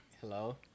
Hello